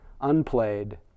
unplayed